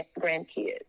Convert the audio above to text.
grandkids